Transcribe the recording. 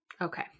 Okay